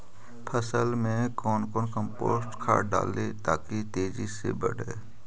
फसल मे कौन कम्पोस्ट खाद डाली ताकि तेजी से बदे?